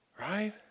Right